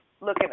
looking